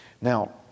Now